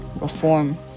reform